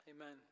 Amen